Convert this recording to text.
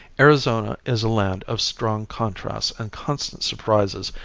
arizona is a land of strong contrasts and constant surprises,